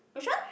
which one